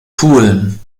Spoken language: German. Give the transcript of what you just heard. pulen